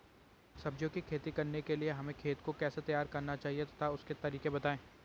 सब्जियों की खेती करने के लिए हमें खेत को कैसे तैयार करना चाहिए तथा उसके तरीके बताएं?